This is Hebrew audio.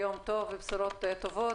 יום טוב ובשורות טובות.